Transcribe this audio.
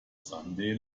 sunday